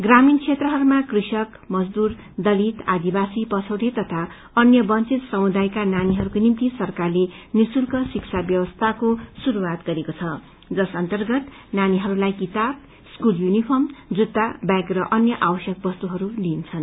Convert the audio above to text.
ग्रामीण क्षेत्रहरूमा कृषक मजदूर दलित आदिवासी पछैटे तथा अन्य वंचित समुदायका नानीहरूको निम्ति सरकारले निशुल्क शिक्षा व्यवस्थाको शुरूआत गरेको छ जस अन्तर्गत नानीहरूलाई किताब स्कूल यूनिफर्म जुत्ता ब्यांक र अन्य आवश्यक वस्तुहरू दिइन्छनु